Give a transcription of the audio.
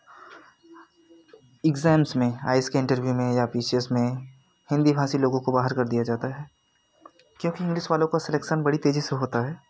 exams में IAS के interview में या पी सी एस में हिन्दी भाषी लोगों को बाहर कर दिया जाता है क्योंकि इंग्लिश वालों को सिलेक्शन बड़ी तेज़ी से होता है